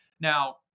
Now